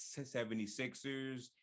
76ers